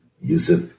Yusuf